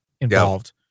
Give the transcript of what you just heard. involved